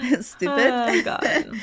stupid